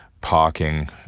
parking